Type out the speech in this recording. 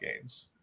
games